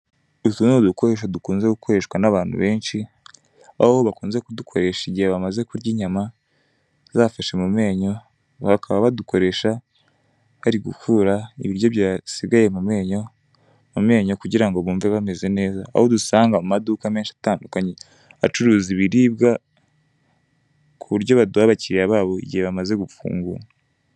Utu ni udukoresho dukunze gukoreshwa n'abantu benshi aho bakunze kudukoresha igihe bamaze kurya inyama zafashe mu menyo, bakaba badukoresha bari gukura ibiryo byasigaye mu menyo, amenyo kugira ngo bumve bameze neza, aho dusanga mu maduka menshi atandukanye acuruza ibiribwa, ku buryo baduha abakiriya babo igihe bamaze gufungura.